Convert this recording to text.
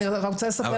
אני לא.